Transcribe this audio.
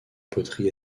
poterie